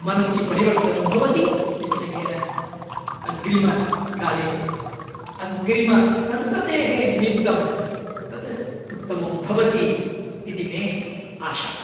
मनसि परिवर्तनं भवति निश्चयेन अग्रिमकाले अग्रिमसन्ततेः निमित्तं तद् उत्तमं भवति इति मे आशा